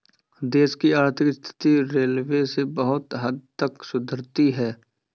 देश की आर्थिक स्थिति रेलवे से बहुत हद तक सुधरती है